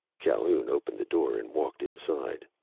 calhoun opened the door and walked inside.